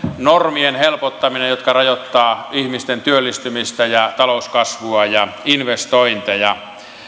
normien helpottaminen jotka rajoittavat ihmisten työllistymistä ja talouskasvua ja investointeja